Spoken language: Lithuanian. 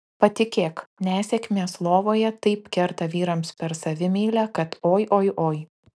patikėk nesėkmės lovoje taip kerta vyrams per savimeilę kad oi oi oi